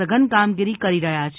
સઘન કામગીરી કરી રહ્યા છે